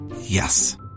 Yes